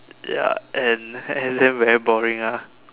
ya and and then very boring ah